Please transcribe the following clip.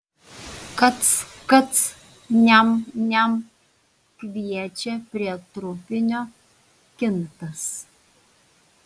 kac kac niam niam kviečia prie trupinio kintas